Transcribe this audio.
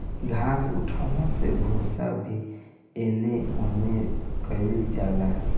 घास उठौना से भूसा भी एने ओने कइल जाला